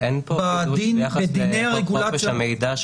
--- אין פה חידוש ביחס לחוק חופש המידע,